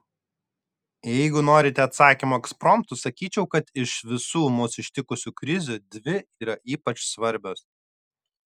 jeigu norite atsakymo ekspromtu sakyčiau kad iš visų mus ištikusių krizių dvi yra ypač svarbios